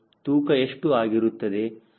ತೂಕ ಎಷ್ಟು ಆಗಿರುತ್ತದೆ